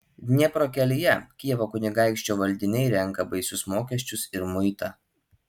dniepro kelyje kijevo kunigaikščio valdiniai renka baisius mokesčius ir muitą